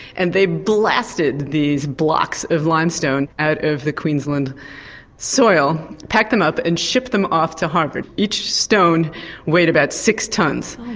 and they blasted these blocks of limestone out of the queensland soil, packed them up, and shipped them off to harvard. each stone weighed about six tons.